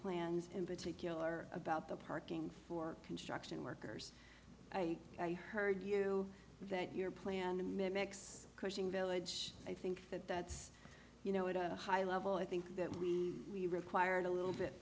plans in particular about the parking for construction workers i heard you that your plan the mimics cushing village i think that that's you know at a high level i think that we required a little bit